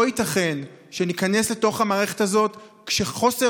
לא ייתכן שניכנס לתוך המערכת הזאת כשחוסר